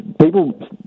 people